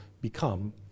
become